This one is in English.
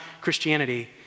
Christianity